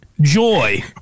joy